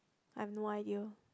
I have no idea